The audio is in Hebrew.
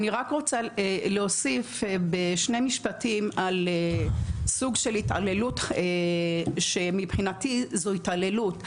אני רוצה להוסיף בשני משפטים סוג של התעללות שמבחינתי זאת התעללות.